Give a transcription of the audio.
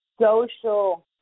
social